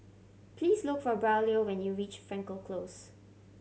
please look for Braulio when you reach Frankel Close